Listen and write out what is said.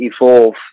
evolve